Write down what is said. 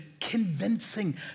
convincing